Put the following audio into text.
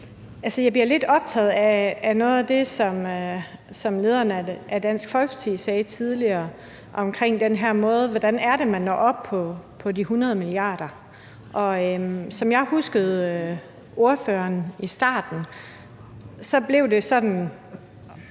jeg er lidt optaget af noget af det, som lederen af Dansk Folkeparti sagde tidligere, nemlig hvordan man når op på de 100 mia. kr. Som jeg husker ordførerens ord i starten – og måske